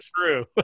true